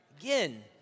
Again